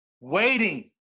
waiting